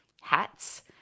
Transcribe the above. hats